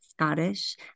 Scottish